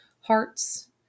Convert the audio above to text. hearts